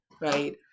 right